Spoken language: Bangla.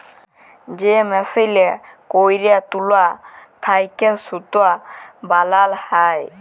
যে মেসিলে ক্যইরে তুলা থ্যাইকে সুতা বালাল হ্যয়